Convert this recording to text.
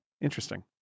Interesting